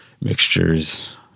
mixtures